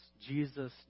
Jesus